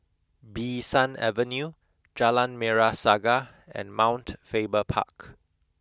Bee San Avenue Jalan Merah Saga and Mount Faber Park